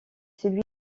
celui